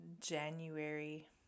January